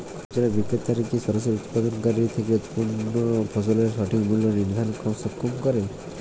খুচরা বিক্রেতারা কী সরাসরি উৎপাদনকারী থেকে উৎপন্ন ফসলের সঠিক মূল্য নির্ধারণে সক্ষম হয়?